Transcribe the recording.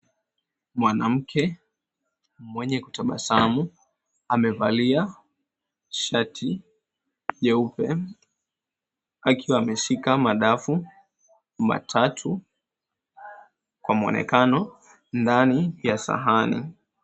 Mwanamke mwenye kutabasamu amevalia shati nyeupe akiwa ameshika madafu matatu, kwa muonekano ndani ya sahani.